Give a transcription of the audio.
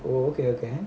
okay okay